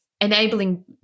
enabling